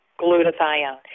glutathione